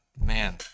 Man